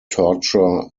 torture